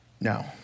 No